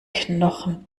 knochen